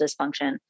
dysfunction